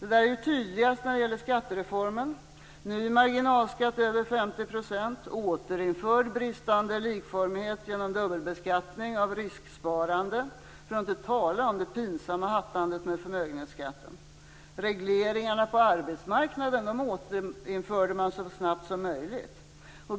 Det är tydligast när det gäller skattereformen med ny marginalskatt på över 50 % och återinförd bristande likformighet genom dubbelbeskattning av risksparande - för att inte tala om det pinsamma hattandet med förmögenhetsskatten. Regleringarna på arbetsmarknaden återinförde man så snabbt som möjligt.